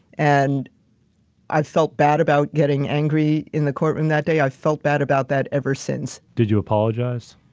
and i felt bad about getting angry in the courtroom that day. i felt bad about that ever since. did you apologize?